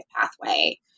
pathway